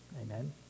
Amen